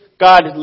God